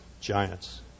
giants